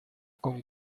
con